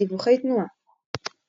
דיווחי תנועה